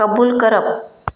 कबूल करप